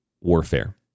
warfare